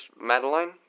Madeline